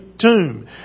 tomb